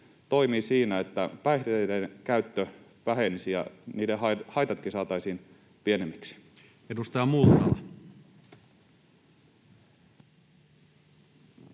toimii siinä, että päihteiden käyttö vähenisi ja niiden haitatkin saataisiin pienemmiksi? [Speech 160]